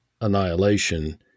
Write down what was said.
annihilation